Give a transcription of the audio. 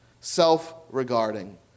self-regarding